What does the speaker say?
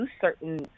certain